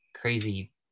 crazy